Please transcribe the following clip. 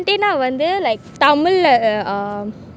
aunty nah வந்து:vanthu like Tamil lah ahh